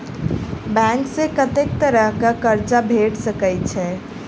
Bank सऽ कत्तेक तरह कऽ कर्जा भेट सकय छई?